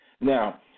Now